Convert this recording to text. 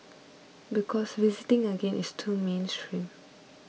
because visiting again is too mainstream